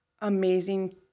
amazing